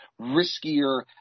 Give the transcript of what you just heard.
riskier